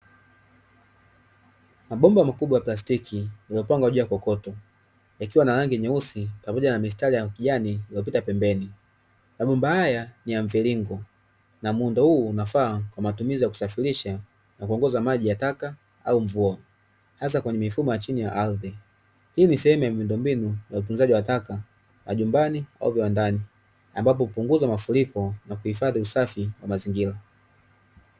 Mabomba makubwa plastiki, yamepangwa juu ya kokoto; yakiwa na rangi nyeusi pamoja na mstari wa kijani uliopita pembeni. Mabomba haya ni ya mviringo na muundo huu unafaa kwa matumizi ya kusafirisha na kuongozwa maji ya taka au mvua, hasa kwenye mifumo ya chini ya ardhi. Hii ni sehemu ya miundombinu ya utunzaji wa taka, majumbani au viwandani, ambapo hupunguza mafuriko na kuhifadhi usafi wa mazingira.